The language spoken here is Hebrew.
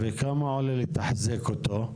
וכמה עולה לתחזק אותו?